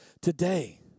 today